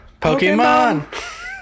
Pokemon